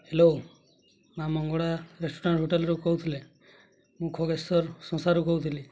hello ମାଆ Mangala restaurant ହୋଟେଲ୍ରୁ କହୁଥିଲେ ମୁଁ ଖଗେଶ୍ୱର ସଂସାରୁ କହୁଥିଲି